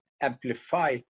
amplify